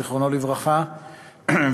זיכרונו לברכה,